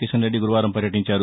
కిషన్ రెడ్డి గురువారం పర్యటించారు